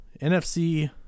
NFC